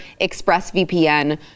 ExpressVPN